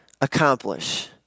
accomplish